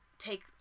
take